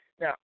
Now